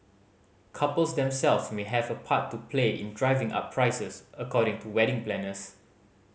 couples themselves may have a part to play in driving up prices according to wedding planners